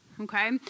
okay